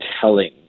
telling